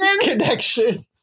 connection